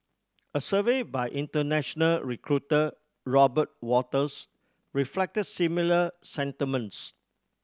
a survey by international recruiter Robert Walters reflected similar sentiments